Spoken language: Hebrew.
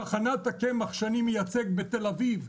טחנת הקמח שאני מייצג בתל אביב,